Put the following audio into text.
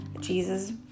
Jesus